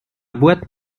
boîte